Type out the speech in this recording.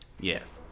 Yes